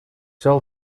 zal